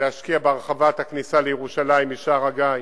להשקיע בהרחבת הכניסה לירושלים משער-הגיא,